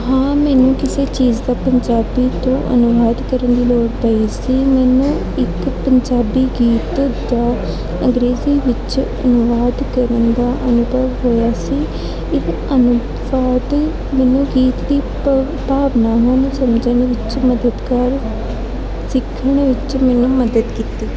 ਹਾਂ ਮੈਨੂੰ ਕਿਸੇ ਚੀਜ਼ ਦਾ ਪੰਜਾਬੀ ਤੋਂ ਅਨੁਵਾਦ ਕਰਨ ਦੀ ਲੋੜ ਪਈ ਸੀ ਮੈਨੂੰ ਇੱਕ ਪੰਜਾਬੀ ਗੀਤ ਦਾ ਅੰਗਰੇਜ਼ੀ ਵਿੱਚ ਅਨੁਵਾਦ ਕਰਨ ਦਾ ਅਨੁਭਵ ਹੋਇਆ ਸੀ ਇਹ ਅਨੁਵਾਦ ਮੈਨੂੰ ਗੀਤ ਦੀ ਭਾਵ ਭਾਵਨਾਵਾਂ ਨੂੰ ਸਮਝਣ ਵਿੱਚ ਮਦਦ ਕਰ ਸਿੱਖਣ ਵਿੱਚ ਮੈਨੂੰ ਮਦਦ ਕੀਤੀ